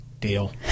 Deal